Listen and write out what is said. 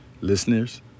Listeners